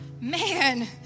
man